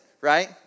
right